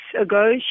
ago